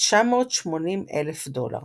כ-980 אלף דולר.